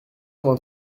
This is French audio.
vingt